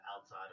outside